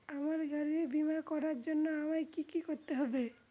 আমার গাড়ির বীমা করার জন্য আমায় কি কী করতে হবে?